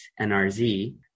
NRZ